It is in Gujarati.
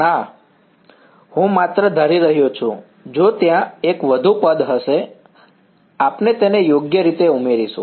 ના હું માત્ર ધારી રહ્યો છું જો ત્યાં એક વધુ પદ હશે આપને તેને યોગ્ય રીતે ઉમેરીશું